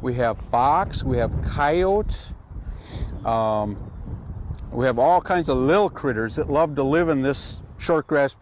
we have fox we have coyotes we have all kinds of little critters that loved to live in this short grass